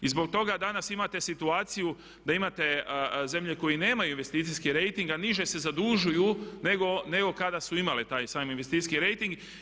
I zbog toga danas imate situaciju da imate zemlje koje nemaju investicijski rejting, a niže se zadužuju nego kada su imale taj sami investicijski rejting.